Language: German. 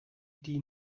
die